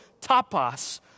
tapas